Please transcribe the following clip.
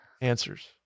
answers